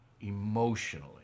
emotionally